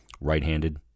right-handed